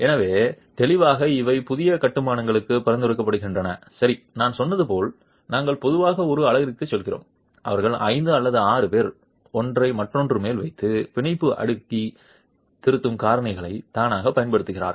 எனவே தெளிவாக இவை புதிய கட்டுமானங்களுக்கு பரிந்துரைக்கப்படுகின்றன சரி நான் சொன்னது போல் நாங்கள் பொதுவாக ஒரு அலகுக்குச் செல்கிறோம் அவர்களில் 5 அல்லது 6 பேர் ஒன்றை மற்றொன்றுக்கு மேல் வைத்து பிணைப்பை அடுக்கி திருத்தும் காரணிகளைத் தானே பயன்படுத்துகிறார்கள்